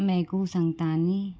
मैगू संतानी